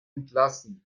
entlassen